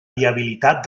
viabilitat